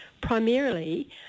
primarily